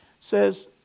says